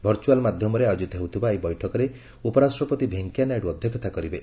virtual ମାଧ୍ୟମରେ ଆୟୋଜିତ ହେଉଥିବା ଏହି ବୈଠକରେ ଉପରାଷ୍ଟ୍ରପତି ଭେଙ୍କିୟା ନାଇଡୁ ଅଧ୍ୟକ୍ଷତା କରିବେ